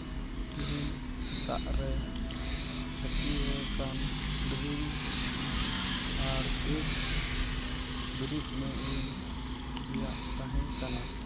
ᱛᱮᱦᱮᱧ ᱥᱮᱛᱟᱜ ᱨᱮ ᱦᱟᱹᱴᱤᱭᱟᱹ ᱠᱟᱱ ᱰᱨᱤᱝᱠ ᱟᱨ ᱵᱤᱨᱤᱫ ᱢᱮ ᱟᱹᱧ ᱨᱮᱭᱟᱜ ᱛᱟᱦᱮᱸ ᱠᱟᱱᱟ